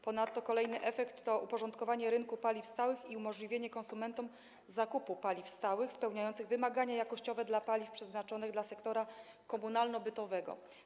Ponadto kolejny efekt to uporządkowanie rynku paliw stałych i umożliwienie konsumentom zakupu paliw stałych spełniających wymagania jakościowe dla paliw przeznaczonych dla sektora komunalno-bytowego.